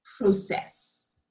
process